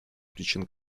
причин